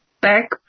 back